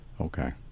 Okay